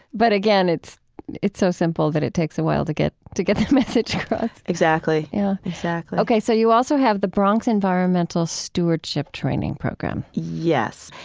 but again, it's it's so simple that it takes a while to get to get that message across exactly yeah exactly ok, so you also have the bronx environmental stewardship training program yes,